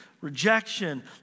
rejection